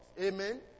Amen